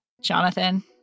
Jonathan